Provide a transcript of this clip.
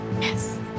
Yes